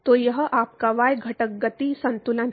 तो यह आपका y घटक गति संतुलन है